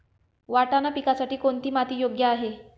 वाटाणा पिकासाठी कोणती माती योग्य आहे?